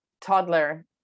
toddler